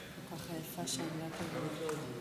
אינה נוכחת.